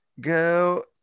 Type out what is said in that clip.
go